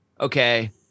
okay